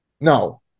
No